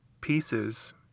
pieces